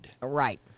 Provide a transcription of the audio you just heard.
Right